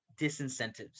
disincentives